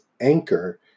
Anchor